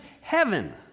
heaven